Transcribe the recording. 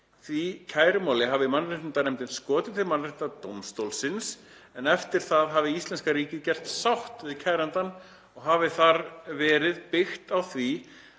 Því kærumáli hafi mannréttindanefndin skotið til mannréttindadómstólsins, en eftir það hafi íslenska ríkið gert sátt við kærandann, og hafi þar verið byggt á því